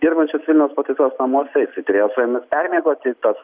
dirbančias vilniaus pataisos namuose jisai turėjo su jomis permiegoti tas